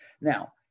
Now